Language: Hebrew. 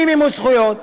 אי-מימוש זכויות,